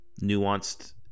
nuanced